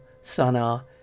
Sana